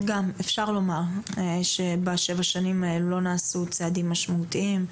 אפשר לומר שבשבע השנים האלה לא נעשו צעדים משמעותיים.